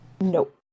nope